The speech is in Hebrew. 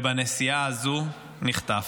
בנסיעה הזו נחטף.